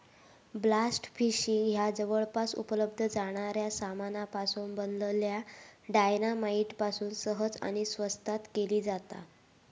blast fishing ह्या जवळपास उपलब्ध जाणाऱ्या सामानापासून बनलल्या डायना माईट पासून सहज आणि स्वस्तात केली जाता